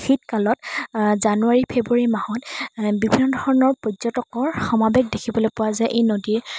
শীতকালত জানুৱাৰী ফেব্ৰুৱাৰী মাহত বিভিন্ন ধৰণৰ পৰ্যটকৰ সমাৱেশ দেখিবলৈ পোৱা যায় এই নদীৰ